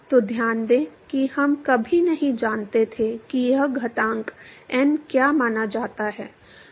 तो ध्यान दें कि हम कभी नहीं जानते थे कि यह घातांक n क्या माना जाता है